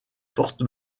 forte